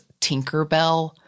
Tinkerbell